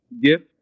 Gift